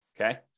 Okay